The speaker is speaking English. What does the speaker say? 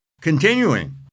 continuing